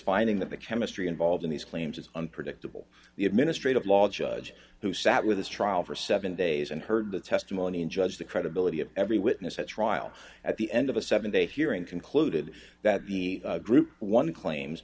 finding that the chemistry involved in these claims is unpredictable the administrative law judge who sat with his trial for seven days and heard the testimony and judge the credibility of every witness at trial at the end of a seven day hearing concluded that group one claims